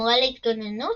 המורה להתגוננות